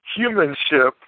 Humanship